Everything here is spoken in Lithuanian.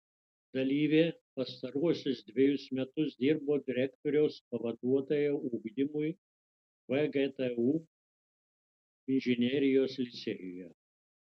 dalyvė pastaruosius dvejus metus dirbo direktoriaus pavaduotoja ugdymui vgtu inžinerijos licėjuje